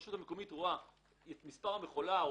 כשהרשות המקומית תראה את מספר המכולה,